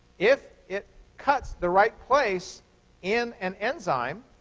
if it cuts the right place in an enzyme,